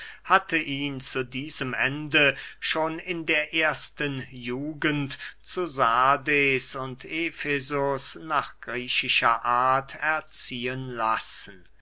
hatte ihn zu diesem ende schon in der ersten jugend zu sardes und efesus nach griechischer art erziehen lassen